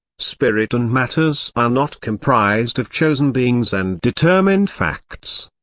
spirit and matters are not comprised of chosen beings and determined facts.